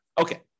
Okay